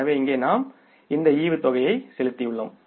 எனவே இங்கே நாம் இந்த டிவிடெண்ட்யை செலுத்தியுள்ளோம்